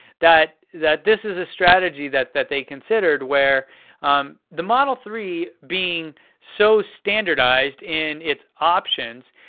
that that this is a strategy that that they considered, where the model three being so standardized in it's options,